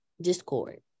discord